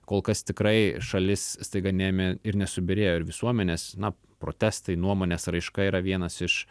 kol kas tikrai šalis staiga neėmė ir nesubyrėjo ir visuomenės na protestai nuomonės raiška yra vienas iš